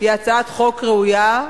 היא הצעת חוק ראויה,